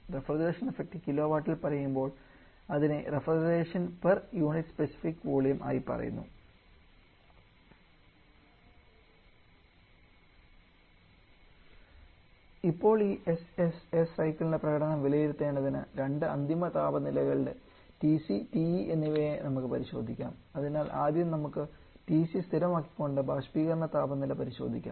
refrigeration effect kilowatt ഇൽ പറയുമ്പോൾ അതിനെ refrigeration per unit specific volume ആയി പറയുന്നു ഇപ്പോൾ ഈ SSS സൈക്കിളിന്റെ പ്രകടനം വിലയിരുത്തുന്നതിന് രണ്ട് അന്തിമ താപനിലകളുടെ TC TE എന്നിവയെ നമുക്ക് പരിശോധിക്കാം അതിനാൽ ആദ്യം നമുക്ക് TC സ്ഥിരമാക്കി കൊണ്ട് ബാഷ്പീകരണ താപനില പരിശോധിക്കാം